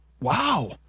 wow